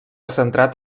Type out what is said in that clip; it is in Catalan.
centrat